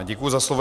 Děkuji za slovo.